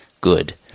good